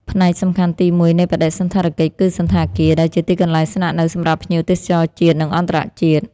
ផ្នែកសំខាន់ទីមួយនៃបដិសណ្ឋារកិច្ចគឺសណ្ឋាគារ ដែលជាទីកន្លែងស្នាក់នៅសម្រាប់ភ្ញៀវទេសចរជាតិ និងអន្តរជាតិ។